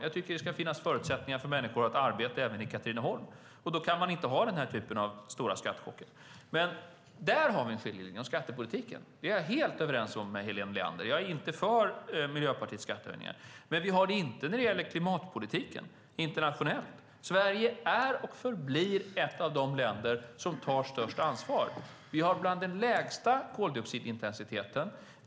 Jag tycker att det ska finnas förutsättningar för människor att arbeta även i Katrineholm, och då kan man inte ha denna typ av stora skattechocker. Där har vi en skiljelinje - i skattepolitiken. Det är jag helt överens med Helena Leander om. Jag är inte för Miljöpartiets skattehöjningar. Men vi har inga skiljelinjer när det gäller klimatpolitiken internationellt. Sverige är och förblir ett av de länder som tar störst ansvar. Vi har bland den lägsta koldioxidintensiteten.